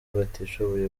batishoboye